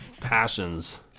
passions